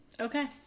Okay